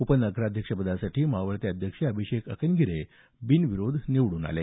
उपनगराध्यक्षपदी मावळते अध्यक्ष अभिषेक अकनगिरे बिनविरोध निवडून आले